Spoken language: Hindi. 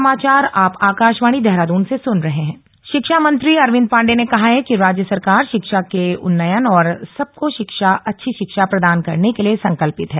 सम्मान समारोह सूबे के शिक्षा मंत्री अरविंद पाण्डे ने कहा है कि राज्य सरकार शिक्षा के उन्नयन और सबको शिक्षा अच्छी शिक्षा प्रदान करने के लिए संकल्पित है